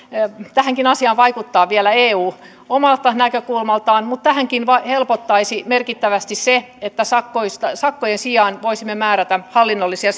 tähänkin asiaan vaikuttaa vielä eu omasta näkökulmastaan tähänkin helpottaisi merkittävästi se että sakkojen sakkojen sijaan voisimme määrätä hallinnollisia